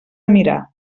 mirar